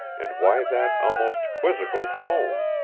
and why that almost quizzical tone?